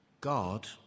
God